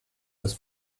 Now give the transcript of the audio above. des